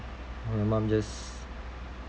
my mom just